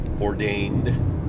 ordained